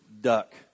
duck